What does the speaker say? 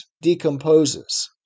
decomposes